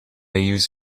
use